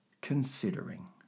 considering